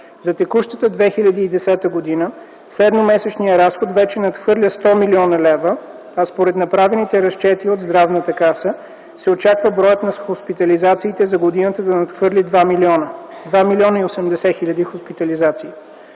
За текущата 2010 г. средномесечният разход вече надхвърля 100 млн. лв., а според направените разчети от Здравната каса се очаква броят на хоспитализациите за годината да надхвърли 2 милиона – 2 080 000 хоспитализации.